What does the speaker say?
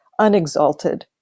unexalted